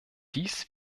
dies